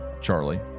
Charlie